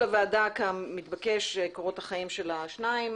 הוגשו לוועדה, כמתבקש, קורות החיים של השניים.